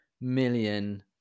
million